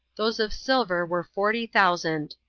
those of silver were forty thousand.